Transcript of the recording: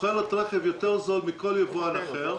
מוכרת רכב יותר זול מכל יבואן אחר,